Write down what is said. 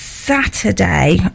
saturday